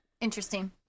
interesting